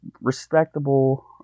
respectable